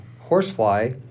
horsefly